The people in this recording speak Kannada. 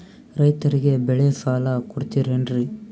ರೈತರಿಗೆ ಬೆಳೆ ಸಾಲ ಕೊಡ್ತಿರೇನ್ರಿ?